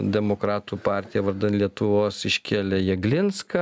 demokratų partija vardan lietuvos iškėlė jeglinską